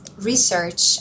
research